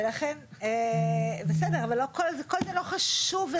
ולכן, בסדר, אבל כל זה לא חשוב.